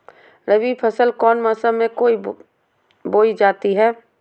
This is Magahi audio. रबी फसल कौन मौसम में बोई जाती है?